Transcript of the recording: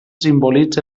simbolitza